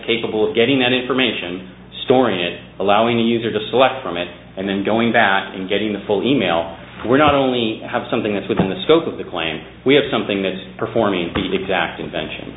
capable of getting that information storing it allowing the user to select from it and then going back and getting the full email we're not only have something that's within the scope of the claim we have something that performing the exact invention